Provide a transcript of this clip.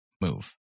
move